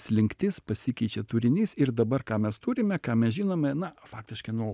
slinktis pasikeičia turinys ir dabar ką mes turime ką mes žinome na faktiškai nuo